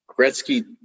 Gretzky